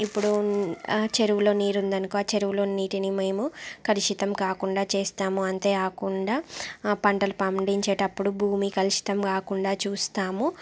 ఇప్పుడు ఆ చెరువులో నీరు ఉందనుకో ఆ చెరువులో నీటిని మేము కలుషితం కాకుండా చేస్తాము అంతేఆకుండా ఆ పంటలు పండించే అప్పుడు భూమి కలుషితం కాకుండా చూస్తాము